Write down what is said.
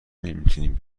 نمیتونین